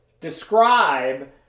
describe